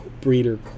Breeder